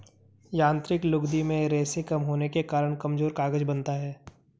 यांत्रिक लुगदी में रेशें कम होने के कारण कमजोर कागज बनता है